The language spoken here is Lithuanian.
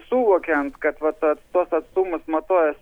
suvokiant kad va ta tuos atstumus matuoja